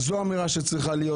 זו אמירה שצריכה להיות.